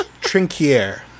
Trinquier